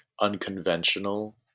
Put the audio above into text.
unconventional